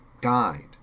died